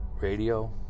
radio